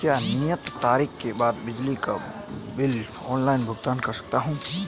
क्या मैं नियत तारीख के बाद बिजली बिल का ऑनलाइन भुगतान कर सकता हूं?